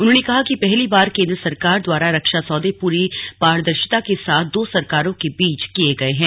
उन्होंने कहा कि पहली बार केन्द्र सरकार द्वारा रक्षा सौदे पूरी पारदर्शिता के साथ दो सरकारों के मध्य किए गए हैं